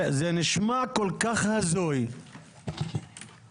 זה נשמע כל כך הזוי - מקצועית,